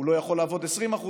הוא לא יכול לעבוד 20%,